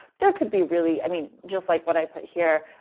there could be really i mean, just like what i put here,